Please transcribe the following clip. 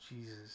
Jesus